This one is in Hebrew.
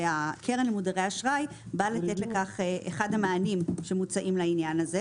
והקרן למודרי אשראי באה לתת לכך את אחד המענים שמוצעים לעניין הזה,